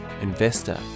investor